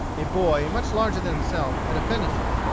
a boy, much larger than himself, had offended him.